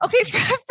Okay